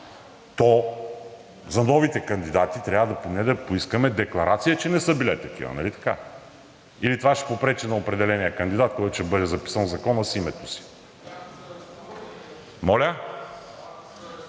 то за новите кандидати трябва поне да поискаме декларация, че не са били такива. Нали така? Или това ще попречи на определения кандидат, който ще бъде записан в Закона с името си?